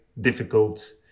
difficult